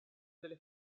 delle